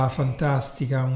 fantastica